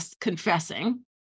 confessing